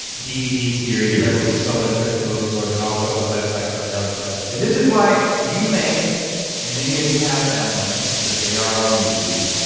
dvd series that will be sold in christian bookstores and also a website called jellytelly. and this is why you may and many of you have found them because they are on youtube.